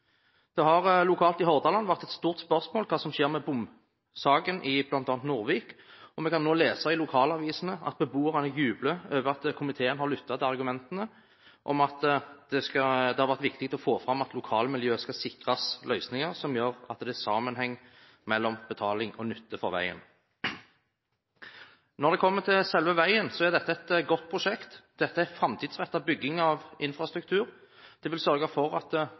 Det har lokalt i Hordaland vært et stort spørsmål hva som skjer med bomsaken i bl.a. Nordvik, og vi kan nå lese i lokalavisene at beboerne jubler over at komiteen har lyttet til argumentene om at det har vært viktig å få fram at lokalmiljøet skal sikres løsninger som gjør at det er sammenheng mellom betaling og nytte for veien. Når det kommer til selve veien, er dette et godt prosjekt, dette er framtidsrettet bygging av infrastruktur, det vil sørge for at